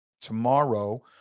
Tomorrow